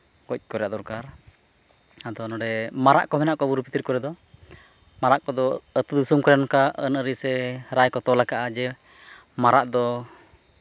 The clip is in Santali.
ᱜᱚᱡᱽ ᱠᱚᱨᱟᱣ ᱫᱚᱨᱠᱟᱨ ᱟᱫᱚ ᱱᱚᱰᱮ ᱢᱟᱨᱟᱫ ᱠᱚ ᱢᱮᱱᱟᱜ ᱠᱚᱣᱟ ᱵᱩᱨᱩ ᱵᱷᱤᱛᱤᱨ ᱠᱚᱨᱮᱜ ᱫᱚ ᱢᱟᱨᱟᱫ ᱠᱚᱫᱚ ᱟᱹᱛᱩ ᱫᱤᱥᱚᱢ ᱠᱚᱨᱮᱜ ᱚᱱᱠᱟ ᱟᱹᱱ ᱟᱹᱨᱤ ᱥᱮ ᱨᱟᱭ ᱠᱚ ᱛᱚᱞ ᱟᱠᱟᱫᱼᱟ ᱡᱮ ᱢᱟᱨᱟᱫ ᱫᱚ